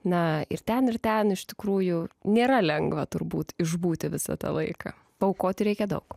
na ir ten ir ten iš tikrųjų nėra lengva turbūt išbūti visą tą laiką paaukoti reikia daug